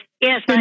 Yes